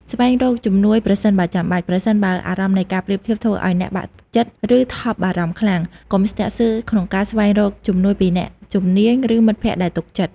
ស្វែងរកជំនួយប្រសិនបើចាំបាច់ ប្រសិនបើអារម្មណ៍នៃការប្រៀបធៀបធ្វើឲ្យអ្នកបាក់ទឹកចិត្ត ឬថប់បារម្ភខ្លាំង កុំស្ទាក់ស្ទើរក្នុងការស្វែងរកជំនួយពីអ្នកជំនាញ ឬមិត្តភក្តិដែលទុកចិត្ត។